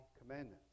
commandments